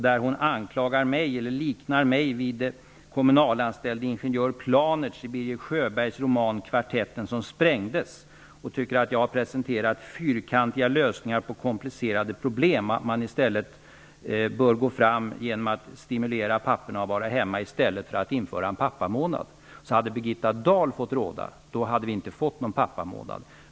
Där liknade hon mig vid den kommunalanställde ingenjör Planertz i Birger Sjöbergs roman Kvartetten som sprängdes och sade att jag hade presenterat fyrkantiga lösningar på komplicerade problem. I stället för att införa en pappamånad borde man stimulera papporna att vara hemma. Hade Birgitta Dahl fått råda hade vi alltså inte fått någon pappamånad.